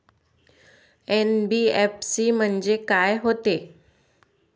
NBFC म्हणजे का होते?